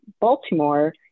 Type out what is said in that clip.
Baltimore